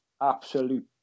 absolute